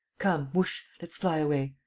come, whoosh, let's fly away!